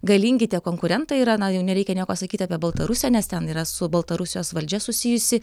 galingi tie konkurentai yra na jau nereikia nieko sakyti apie baltarusiją nes ten yra su baltarusijos valdžia susijusi